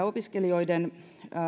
opiskelijoiden